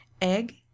Egg